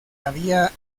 había